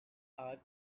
are